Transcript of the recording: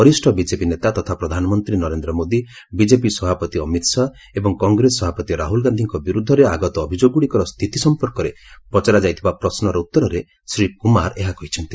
ବରିଷ୍ଠ ବିଜେପି ନେତା ତଥା ପ୍ରଧାନମନ୍ତ୍ରୀ ନରେନ୍ଦ୍ର ମୋଦି ବିଜେପି ସଭାପତି ଅମିତ ଶାହା ଏବଂ କଂଗ୍ରେସ ସଭାପତି ରାହୁଲ ଗାନ୍ଧିଙ୍କ ବିରୁଦ୍ଧରେ ଆଗତ ଅଭିଯୋଗଗୁଡ଼ିକର ସ୍ଥିତି ସମ୍ପର୍କରେ ପଚରା ଯାଇଥିବା ପ୍ରଶ୍ମର ଉତ୍ତରରେ ଶ୍ରୀ କୁମାର ଏହା କହିଛନ୍ତି